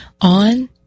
on